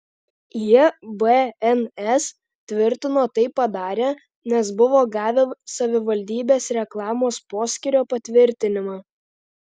jie bns tvirtino tai padarę nes buvo gavę savivaldybės reklamos poskyrio patvirtinimą